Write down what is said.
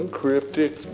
cryptic